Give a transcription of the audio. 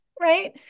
Right